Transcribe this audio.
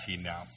now